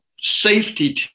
safety